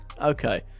Okay